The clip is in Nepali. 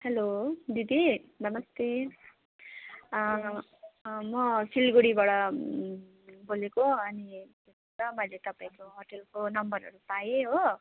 हेलो दिदी नमस्ते म सिलगढीबाट बोलेको अनि मैले तपाईँको होटलको नम्बरहरू पाएँ हो